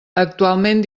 actualment